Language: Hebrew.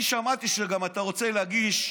אני גם שמעתי שאתה רוצה להגיש,